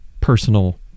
personal